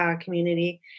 community